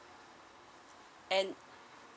and